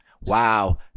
Wow